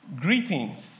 Greetings